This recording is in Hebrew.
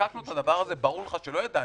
כשחוקקנו את הדבר הזה, ברור לך שלא ידענו.